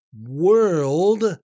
world